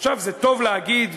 זה טוב להגיד,